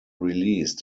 released